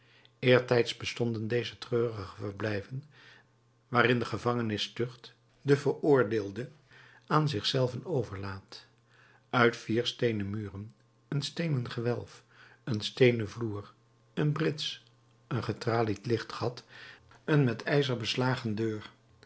eertijds bestonden deze treurige verblijven waarin de gevangenistucht den veroordeelde aan zich zelven overlaat uit vier steenen muren een steenen gewelf een steenen vloer een brits een getralied lichtgat een met ijzer beslagen deur